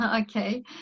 Okay